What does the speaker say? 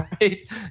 right